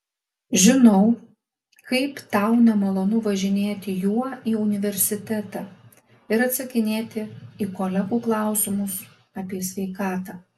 žinau kaip tau nemalonu važinėti juo į universitetą ir atsakinėti į kolegų klausimus apie sveikatą